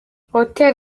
hotel